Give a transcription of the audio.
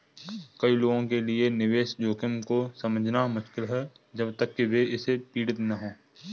कई लोगों के लिए निवेश जोखिम को समझना मुश्किल है जब तक कि वे इससे पीड़ित न हों